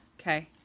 Okay